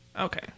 okay